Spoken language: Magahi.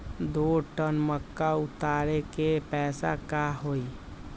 दो टन मक्का उतारे के पैसा का होई?